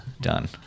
done